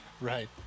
Right